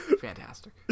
Fantastic